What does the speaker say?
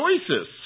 choices